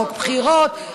חוק בחירות,